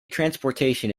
transportation